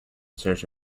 search